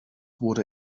wurde